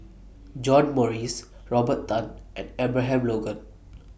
John Morrice Robert Tan and Abraham Logan